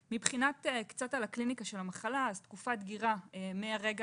קצת על הקליניקה של המחלה תקופת דגירה מרגע